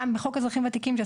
בחוק אזרחים ותיקים,